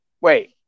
Wait